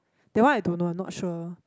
that one I don't know I'm not sure